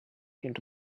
into